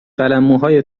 قلمموهای